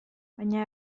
baina